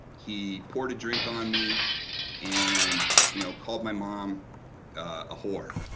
he poured a drink on me and you know called my mom a whore.